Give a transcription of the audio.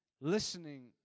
listening